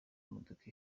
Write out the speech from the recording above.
imodoka